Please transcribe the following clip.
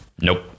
Nope